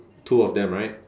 two of them right